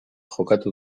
jokatu